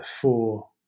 four